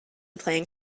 playing